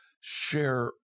share